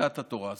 בברכת התורה".